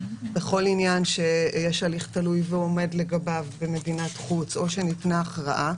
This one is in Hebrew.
בכל עניין שיש הליך תלוי ועומד לגביו במדינת חוץ או שניתנה הכרעה,